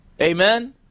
Amen